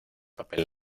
papel